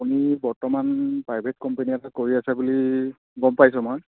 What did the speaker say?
আপুনি বৰ্তমান private company এটা কৰি আছে বুলি গম পাইছোঁ মই